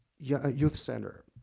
yeah youth center.